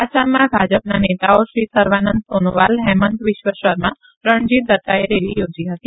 આસામમાં ભાલ પના નેતાઓ શ્રી સર્વાનંદ સોનોવાલ હેમંત વિશ્વ શર્મા રણજીત દત્તાએ રેલી યોજી હતી